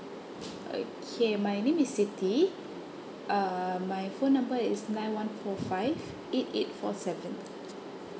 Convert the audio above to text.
okay my name is siti um my phone number is nine one four five eight eight four seven